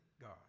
God